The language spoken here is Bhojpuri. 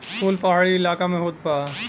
फूल पहाड़ी इलाका में होत बा